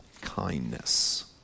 kindness